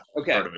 Okay